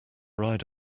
ride